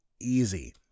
easy